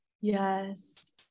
Yes